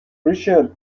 ریچل